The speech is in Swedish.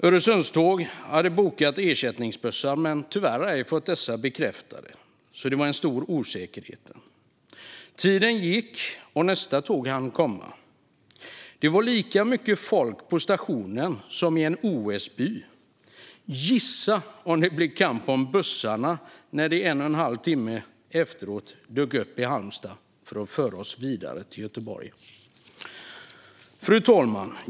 Öresundståg hade bokat ersättningsbussar men tyvärr inte fått dessa bekräftade. Det var en stor osäkerhet. Tiden gick, och nästa tåg hann komma. Det var lika mycket folk på stationen som i en OS-by. Gissa om det blev kamp om bussarna när de dök upp en och en halv timme senare för att föra oss vidare till Göteborg! Fru talman!